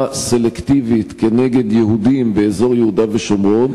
סלקטיבית כנגד יהודים באזור יהודה ושומרון,